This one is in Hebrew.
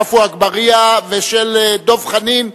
עפו אגבאריה ודב חנין,